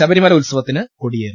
ശബരിമല ഉത്സവത്തിന് കൊടിയേറി